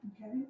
Okay